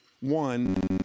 one